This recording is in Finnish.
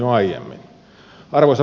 arvoisa puhemies